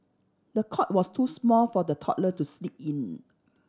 the cot was too small for the toddler to sleep in